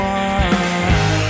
one